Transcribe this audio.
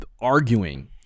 arguing